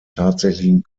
tatsächlichen